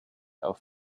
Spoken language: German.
auf